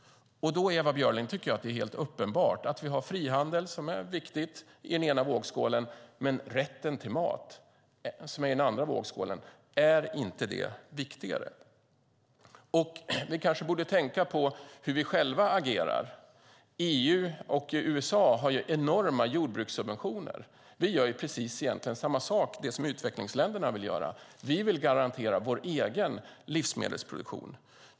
Det är helt uppenbart, Ewa Björling, att vi har frihandel, som är viktig, i den ena vågskålen. Men är inte rätten till mat, som är i den andra vågskålen, viktigare? Vi kanske borde tänka på hur vi själva agerar. EU och USA har enorma jordbrukssubventioner. Vi gör egentligen precis samma sak som utvecklingsländerna vill göra. Vi vill garantera vår egen livsmedelsproduktion.